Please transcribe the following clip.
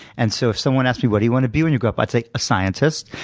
and so if someone asked me, what do you want to be when you grow up? i'd say a scientist.